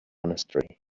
monastery